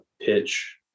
pitch